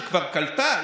שכבר קלטה,